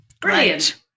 brilliant